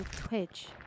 twitch